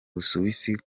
busuwisi